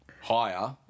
higher